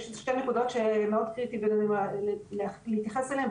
יש שתי נקודות שמאוד קריטי להתייחס אליהן,